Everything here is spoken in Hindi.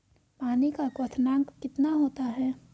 पानी का क्वथनांक कितना होता है?